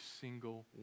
single